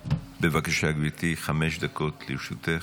בבקשה, גברתי, חמש דקות לרשותך.